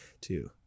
two